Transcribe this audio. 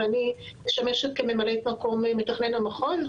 ואני משמשת כממלאת מקום מתכנן המחוז,